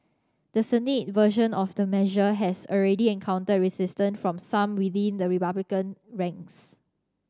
the Senate version of the measure has already encountered resistance from some within the Republican ranks